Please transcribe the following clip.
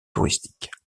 touristiques